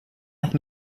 noch